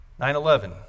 9-11